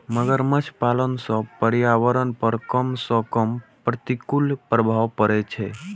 मगरमच्छ पालन सं पर्यावरण पर कम सं कम प्रतिकूल प्रभाव पड़ै छै